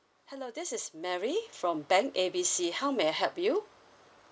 hello this is mary from bank A B C how may I help you